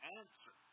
answer